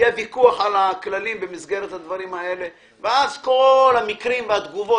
יהיה ויכוח על הכללים במסגרת הדיונים האלה ואז כל המקרים והתגובות